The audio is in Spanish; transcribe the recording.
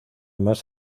más